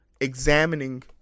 examining